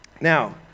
Now